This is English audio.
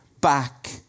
Back